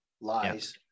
lies